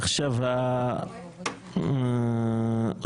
אני אף פעם לא מתכנן את הצעד הבא.